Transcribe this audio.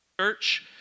church